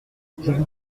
vous